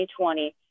2020